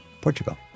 Portugal